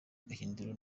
gahindiro